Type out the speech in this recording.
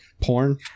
porn